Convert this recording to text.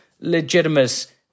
legitimate